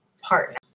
partner